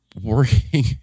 working